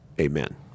amen